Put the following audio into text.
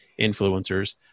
influencers